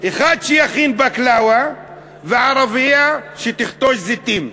אחד שיכין בקלאוות וערבייה שתכתוש זיתים.